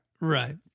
Right